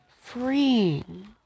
freeing